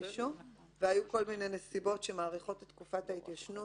אישום והיו כל מיני נסיבות שמאריכות את תקופת ההתיישנות